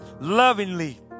lovingly